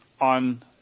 on